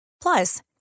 Plus